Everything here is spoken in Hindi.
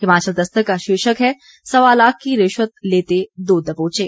हिमाचल दस्तक का शीर्षक है सवा लाख की रिश्वत लेते दो दबोचे